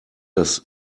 das